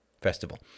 festival